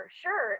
sure